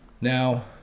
now